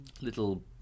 Little